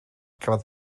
cafodd